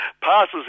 passes